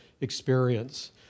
experience